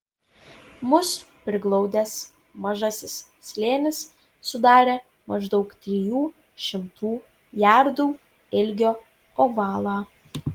mus priglaudęs mažasis slėnis sudarė maždaug trijų šimtų jardų ilgio ovalą